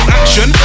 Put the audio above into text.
action